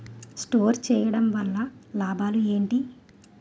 Store చేయడం వల్ల లాభాలు ఏంటి?